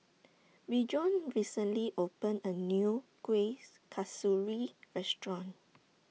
Bjorn recently opened A New Kueh's Kasturi Restaurant